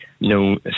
no